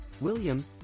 William